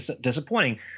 disappointing